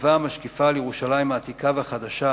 מצבה המשקיפה על ירושלים העתיקה והחדשה,